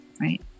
right